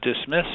dismiss